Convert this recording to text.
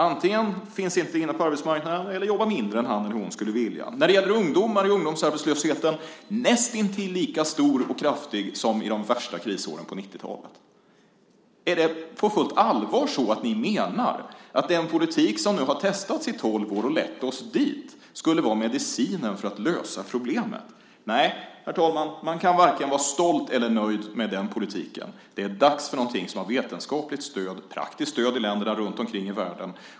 Antingen finns de inte inne på arbetsmarknaden eller så jobbar de mindre än vad de skulle vilja. När det gäller ungdomar är ungdomsarbetslösheten näst intill lika stor och kraftig som under de värsta krisåren på 90-talet. Är det på fullt allvar ni menar att den politik som nu har testats i tolv år och lett oss dit skulle vara medicinen för att lösa problemen? Nej, herr talman, man kan varken vara stolt eller nöjd med den politiken. Det är dags för någonting som har vetenskapligt stöd och praktiskt stöd i länderna runtomkring i världen.